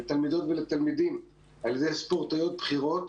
לתלמידות ותלמידים, על ידי ספורטאיות בכירות,